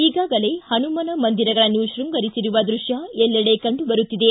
ಈಗಾಗಲೇ ಹನುಮನ ಮಂದಿರಗಳನ್ನು ಶೃಂಗರಿಸಿರುವ ದೃಶ್ಯ ಎಲ್ಲೆಡೆ ಕಂಡು ಬರುತ್ತಿದೆ